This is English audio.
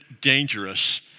dangerous